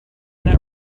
not